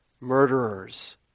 murderers